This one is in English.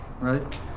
right